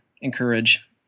encourage